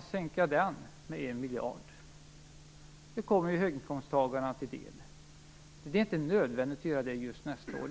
t.ex. sänka förmånsbilsbeskattningen med 1 miljard? Det kommer ju höginkomsttagarna till del. Det är inte nödvändigt att göra det just nästa år.